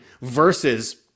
versus